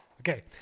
Okay